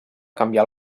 canviar